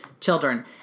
Children